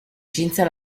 cinzia